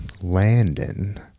Landon